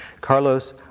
Carlos